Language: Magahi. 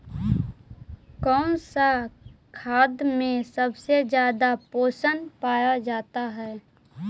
कौन सा खाद मे सबसे ज्यादा पोषण पाया जाता है?